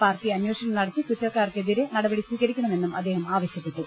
party അന്വേഷണം നടത്തി കുറ്റക്കാർക്കെതിരെ നടപടി സ്വീകരിക്കണ മെന്നും അദ്ദേഹം ആവശ്യപ്പെട്ടു